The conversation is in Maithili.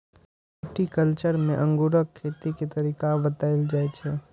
विटीकल्च्चर मे अंगूरक खेती के तरीका बताएल जाइ छै